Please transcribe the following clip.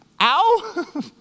Ow